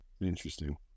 Interesting